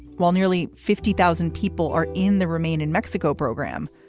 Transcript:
while nearly fifty thousand people are in the remain in mexico program.